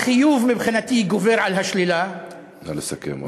החיוב מבחינתי גובר על השלילה, נא לסכם.